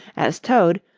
as toad,